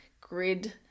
grid